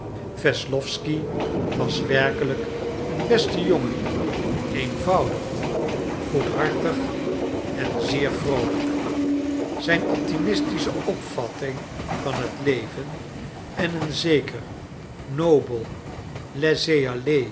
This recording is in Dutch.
wesslowsky was werkelijk een beste jongen eenvoudig goedhartig en zeer vroolijk zijn optimistische opvatting van het leven en een zeker nobel